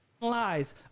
lies